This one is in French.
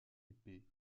épais